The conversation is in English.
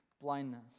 blindness